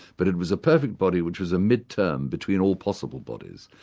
but it was a perfect body which is a mid-term between all possible bodies.